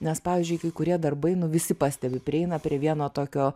nes pavyzdžiui kai kurie darbai nu visi pastebi prieina prie vieno tokio